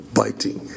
biting